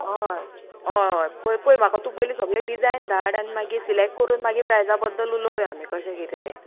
हय होय होय पळय पळय म्हाका तूं पयलीं सगलें डिजायन धाड आनी मागीर सिलेक्ट करून मागीर प्रायजा बद्दल उलोवया आमी कशे किदें तें